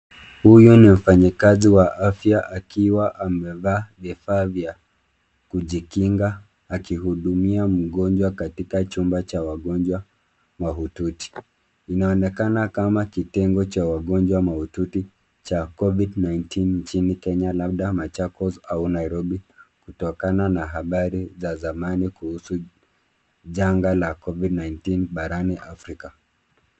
Huyu ni mfanyikazi wa afya akiwa amevaa vifaa vya kujikinga akihudumia mgonjwa katika chumba cha wagonjwa mahututi. Inaonekana kama kitengo cha wagonjwa mahututi cha Covid-19 nchini Kenya, labda Machakos au Nairobi, kutokana na habari za zamani kuhusu janga la Covid-19 barani Afrika.